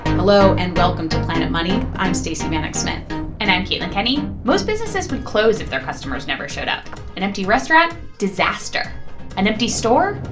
hello, and welcome to planet money. i'm stacey vanek smith and i'm caitlin kenney. most businesses would close if their customers never showed up an empty restaurant, disaster an empty store,